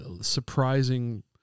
surprising